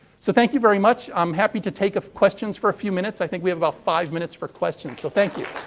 so, thank you very much. i'm happy to take questions for a few minutes. i think we have about five minutes for questions. so, thank you.